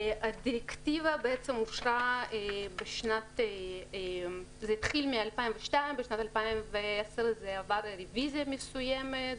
הדירקטיבה אושרה התחילה בשנת 2002. בשנת 2010 זה עבר רביזיה מסוימת.